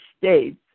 States